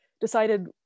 decided